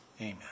amen